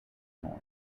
north